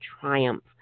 triumph